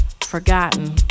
forgotten